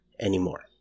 anymore